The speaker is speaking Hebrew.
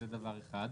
זה דבר אחד.